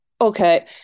okay